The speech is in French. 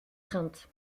crainte